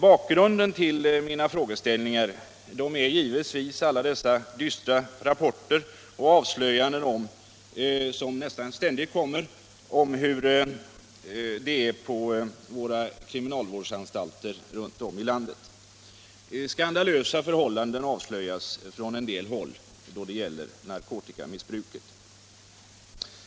Bakgrunden till mina frågeställningar är givetvis alla dessa dystra rapporter och avslöjanden som nästan ständigt kommer om hur det är på våra kriminalvårdsanstalter runt om i landet. Skandalösa förhållanden då det gäller narkotikamissbruket avslöjas från en del håll.